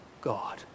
God